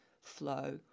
flow